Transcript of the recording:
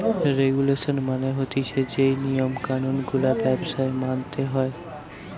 regulation মানে হতিছে যেই নিয়ম কানুন গুলা ব্যবসায় মানতে হয়